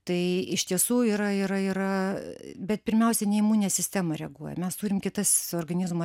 tai iš tiesų yra yra yra bet pirmiausia ne imuninė sistema reaguoja mes turim kitas organizmo